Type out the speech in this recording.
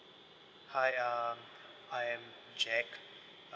hi um I am jack